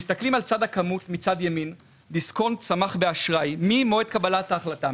מסתכלים על צד הכמות מצד ימין - דיסקונט צמח באשראי ממועד קבלת ההחלטה.